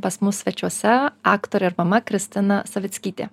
pas mus svečiuose aktorė ir mama kristina savickytė